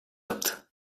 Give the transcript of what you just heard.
yaptı